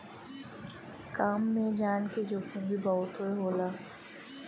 काम में जान के जोखिम भी बहुते होला